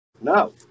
No